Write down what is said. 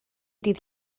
dydd